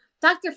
Dr